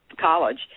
college